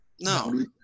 No